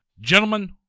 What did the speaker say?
Gentlemen